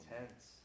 intense